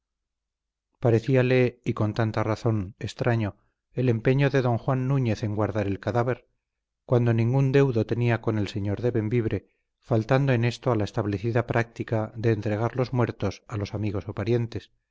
álvaro parecíale y con razón extraño el empeño de don juan núñez en guardar el cadáver cuando ningún deudo tenía con el señor de bembibre faltando en esto a la establecida práctica de entregar los muertos a los amigos o parientes